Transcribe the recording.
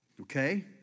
okay